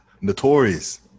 Notorious